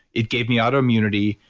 it gave me autoimmunity,